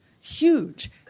huge